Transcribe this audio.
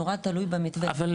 אבל